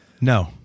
no